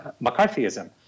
McCarthyism